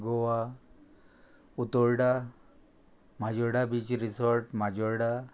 Goa Utorda Majorda beach resort Majorda